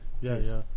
Yes